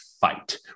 fight